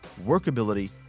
workability